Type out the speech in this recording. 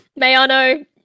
Mayano